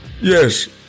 Yes